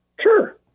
Sure